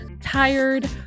tired